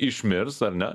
išmirs ar ne